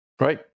Right